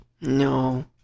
No